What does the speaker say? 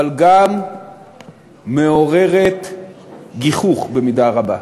אבל גם מעוררת גיחוך, במידה רבה.